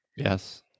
yes